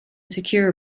secure